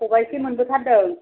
खबायसे मोनबोथारदों